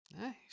nice